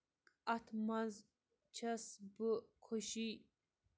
اَتھ منٛز چھَس بہٕ خوشی